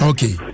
Okay